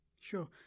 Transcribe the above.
Sure